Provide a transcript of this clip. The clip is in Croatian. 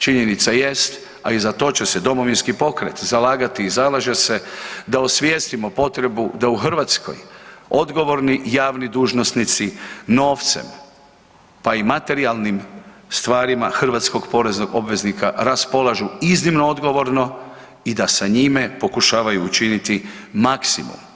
Činjenica jest, a i za to će se Domovinski pokret zalagati i zalaže se, da osvijestimo potrebu da u Hrvatskoj odgovorni javni dužnosnici novce, pa i materijalnim stvarima hrvatskog poreznog obveznika raspolažu iznimno odgovorno i da sa njime pokušavaju učiniti maksimum.